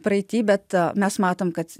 praeity bet mes matom kad